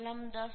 કલમ 10